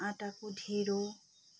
आँटाको ढेँडो